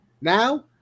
Now